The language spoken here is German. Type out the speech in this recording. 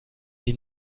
die